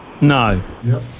No